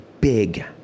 big